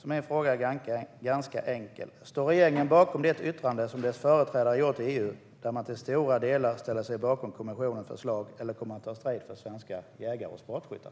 Min fråga är därför ganska enkel: Står regeringen bakom det yttrande som dess företrädare har gjort i EU där man till stora delar ställer sig bakom kommissionens förslag, eller kommer man att ta strid för svenska jägare och sportskyttar?